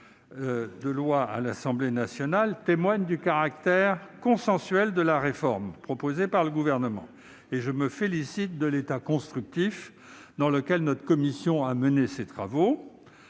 de loi à l'Assemblée nationale témoigne du caractère consensuel de la réforme proposée par le Gouvernement. Je me félicite de l'état d'esprit constructif dans lequel notre commission a mené ses travaux,